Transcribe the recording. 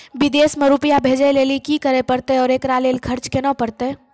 विदेश मे रुपिया भेजैय लेल कि करे परतै और एकरा लेल खर्च केना परतै?